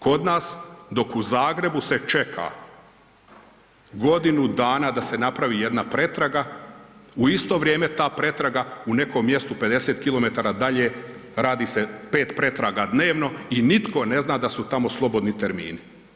Kod nas, dok u Zagrebu se čeka godinu dana da se napravi jedna pretraga, u isto vrijeme ta pretraga u nekom mjestu 50 km dalje radi se 5 pretraga dnevno i nitko ne zna da su tamo slobodni termini.